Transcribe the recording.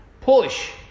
Push